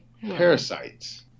Parasites